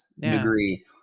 degree